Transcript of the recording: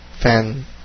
fan